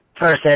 person